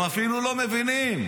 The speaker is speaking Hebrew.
הם אפילו לא מבינים.